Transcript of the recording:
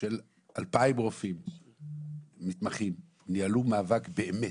של 2,000 רופאים מתמחים ניהלו מאבק באמת,